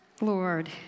Lord